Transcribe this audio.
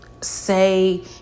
say